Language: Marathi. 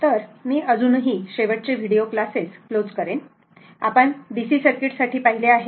तर मी अजूनही शेवटचे व्हिडिओ क्लासेस क्लोज करीन आपण DC सर्किट साठी पाहिले आहे